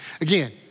Again